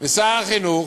ושר החינוך,